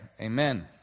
amen